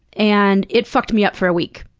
and it fucked me up for a week.